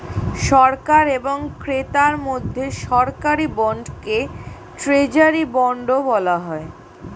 সরকার এবং ক্রেতার মধ্যে সরকারি বন্ডকে ট্রেজারি বন্ডও বলা হয়